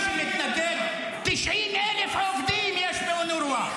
90,000 עובדים יש באונר"א,